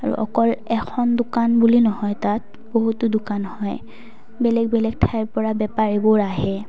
আৰু অকল এখন দোকান বুলি নহয় তাত বহুতো দোকান হয় বেলেগ বেলেগ ঠাইৰ পৰা বেপাৰীবোৰ আহে